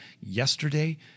yesterday